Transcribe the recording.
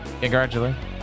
Congratulations